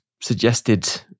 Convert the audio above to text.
suggested